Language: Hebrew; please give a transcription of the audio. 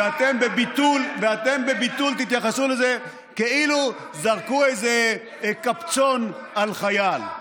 ואתם תתייחסו לזה בביטול כאילו זרקו איזה קפצון על חייל.